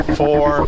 four